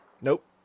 Nope